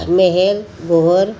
महल बोहोर